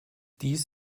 dies